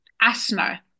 asthma